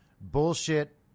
bullshit